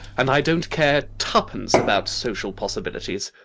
and i don't care twopence about social possibilities.